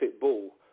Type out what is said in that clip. Ball